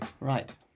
right